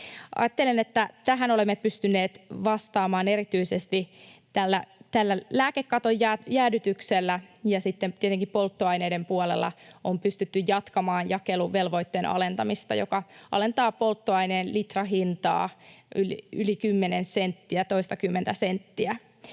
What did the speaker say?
Ajattelen, että tähän olemme pystyneet vastaamaan erityisesti tällä lääkekaton jäädytyksellä. Sitten tietenkin polttoaineiden puolella on pystytty jatkamaan jakeluvelvoitteen alentamista, joka alentaa polttoaineen litrahintaa yli kymmenen senttiä,